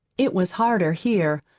it was harder here,